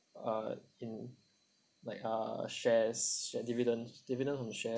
uh in like uh shares dividends dividends from the share